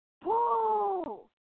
pull